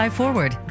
forward